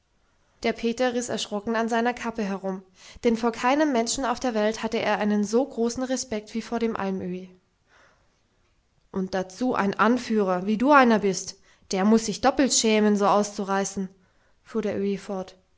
der peter riß erschrocken an seiner kappe herum denn vor keinem menschen auf der welt hatte er einen so großen respekt wie vor dem almöhi und dazu ein anführer wie du einer bist der muß sich doppelt schämen so auszureißen fuhr der öhi fort